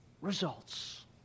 results